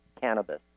cannabis